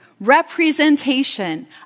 representation